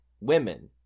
women